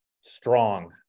strong